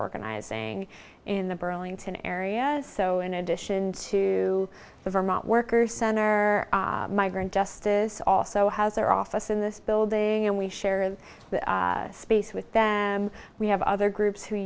organizing in the burlington area so in addition to the vermont workers center migrant justice also has their office in this building and we share the space with them we have other groups who